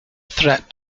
threat